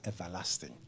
everlasting